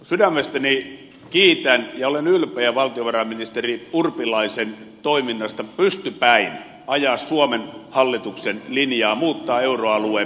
sydämestäni kiitän ja olen ylpeä valtiovarainministeri urpilaisen toiminnasta pystypäin ajaa suomen hallituksen linjaa muuttaa euroalueen pelisääntöjä